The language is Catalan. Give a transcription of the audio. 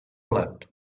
blat